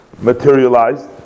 materialized